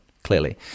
clearly